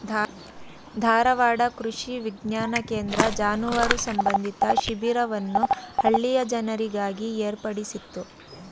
ಧಾರವಾಡ ಕೃಷಿ ವಿಜ್ಞಾನ ಕೇಂದ್ರ ಜಾನುವಾರು ಸಂಬಂಧಿ ಶಿಬಿರವನ್ನು ಹಳ್ಳಿಯ ಜನರಿಗಾಗಿ ಏರ್ಪಡಿಸಿತ್ತು